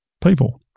people